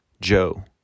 Joe